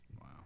Wow